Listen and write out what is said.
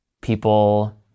people